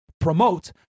promote